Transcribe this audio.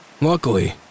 Luckily